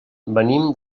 venim